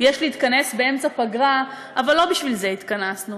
יש להתכנס באמצע פגרה, אבל לא בשביל זה התכנסנו.